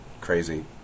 Crazy